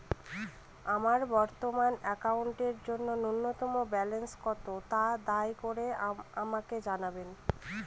আমার বর্তমান অ্যাকাউন্টের জন্য ন্যূনতম ব্যালেন্স কত, তা দয়া করে আমাকে জানান